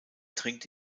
dringt